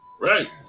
Right